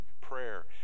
prayer